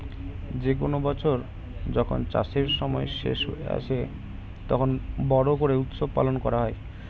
যে কোনো বছর যখন চাষের সময় শেষ হয়ে আসে, তখন বড়ো করে উৎসব পালন করা হয়